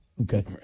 Okay